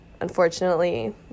unfortunately